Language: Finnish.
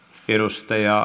toimia